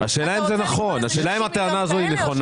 השאלה אם זה נכון, השאלה אם הטענה הזאת נכונה.